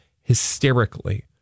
hysterically